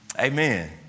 Amen